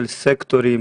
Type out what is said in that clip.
של סקטורים,